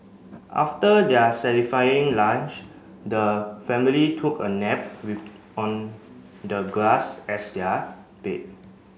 after their satisfying lunch the family took a nap with on the grass as their bed